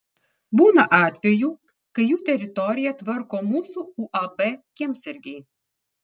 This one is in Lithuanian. būna atvejų kai jų teritoriją tvarko mūsų uab kiemsargiai